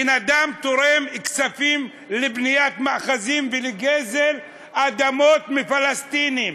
בן-אדם תורם כספים לבניית מאחזים ולגזל אדמות מפלסטינים.